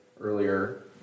earlier